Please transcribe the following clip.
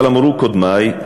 אבל אמרו קודמי,